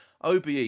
OBE